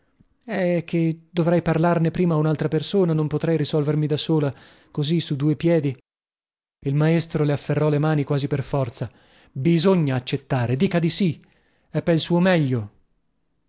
è che dovrei parlarne prima a unaltra persona non potrei risolvermi da sola così su due piedi il maestro le afferrò le mani quasi per forza bisogna accettare dica di sì è pel suo meglio